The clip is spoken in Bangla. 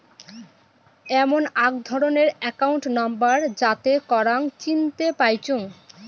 এমন আক ধরণের একাউন্ট নম্বর যাতে করাং চিনতে পাইচুঙ